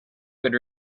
good